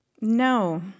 No